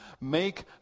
make